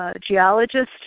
geologist